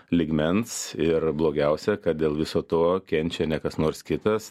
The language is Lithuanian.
lygmens ir blogiausia kad dėl viso to kenčia ne kas nors kitas